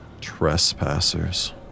trespassers